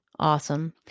Awesome